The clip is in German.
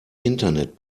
internet